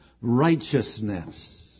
righteousness